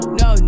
no